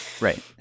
right